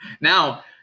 now